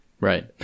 Right